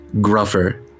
gruffer